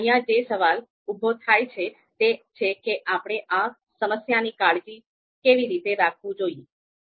અહીં જે સવાલ ઉભો થાય છે તે છે કે આપણે આ સમસ્યાની કાળજી કેવી રીતે રાખવું જોઈયે